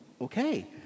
okay